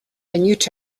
and